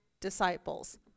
disciples